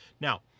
Now